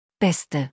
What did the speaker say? Beste